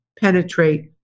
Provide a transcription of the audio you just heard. penetrate